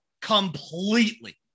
completely